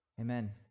Amen